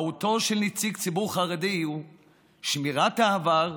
מהותו של נציג ציבור חרדי היא שמירת העבר,